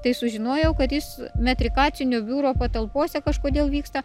tai sužinojau kad jis metrikacinio biuro patalpose kažkodėl vyksta